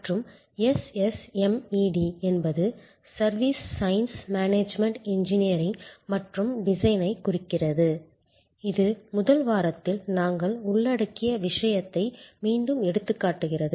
மற்றும் SSMED என்பது service science management engineering மற்றும் டிசைனைக் குறிக்கிறது இது முதல் வாரத்தில் நாங்கள் உள்ளடக்கிய விஷயத்தை மீண்டும் எடுத்துக்காட்டுகிறது